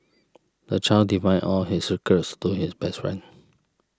the child divine all his secrets to his best friend